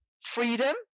freedom